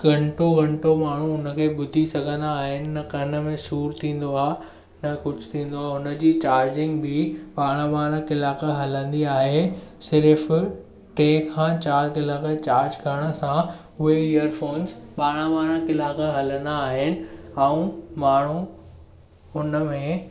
घंटो घंटो माण्हू उनखे ॿुधी सघन्दा आहिनि न कन में सूर थीन्दो आहे न कुझु थीन्दो आहे हुनजी चार्जिंग बि ॿारहां ॿारहां कलाक हलंदी आहे सिर्फ़ु टे खां चारि कलाक चार्जिंग करण सां उहे इयरफोन्स ॿारहां ॿारहां कलाक हलन्दा आहिनि ऐं माण्हू उन में